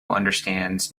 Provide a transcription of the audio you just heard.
understands